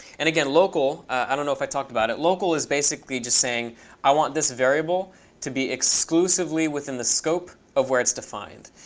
and, again, local, i don't know if i talked about it. local is basically just saying i want this variable to be exclusively within the scope of where it's defined.